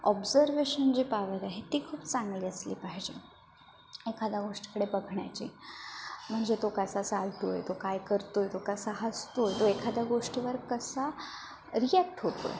observation जे power आहे ती खूप चांगली असली पाहिजे एखाद्या गोष्टीकडे बघण्याची म्हणजे तो कसा चालतो आहे तो काय करतो आहे तो कसा हसतो आहे तो एखाद्या गोष्टीवर कसा रिॲक्ट होतो आहे